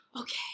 Okay